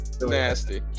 Nasty